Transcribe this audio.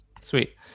Sweet